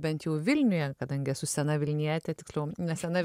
bent jau vilniuje kadangi esu sena vilnietė tiksliau nesena